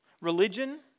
religion